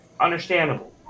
understandable